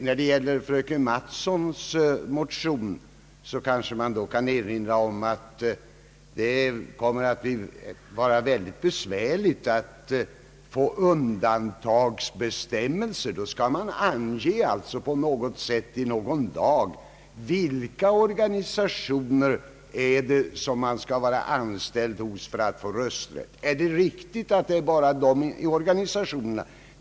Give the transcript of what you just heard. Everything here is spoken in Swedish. När det gäller fröken Mattsons motion vill jag erinra om att det kommer att bli väldigt besvärligt att införa undantagsbestämmelser. Vi skulle alltså på något sätt i någon lag ange vilka organisationer en utlandssvensk skall vara anställd hos för att få rösträtt. Är det riktigt med bara de organisationerna?